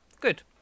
good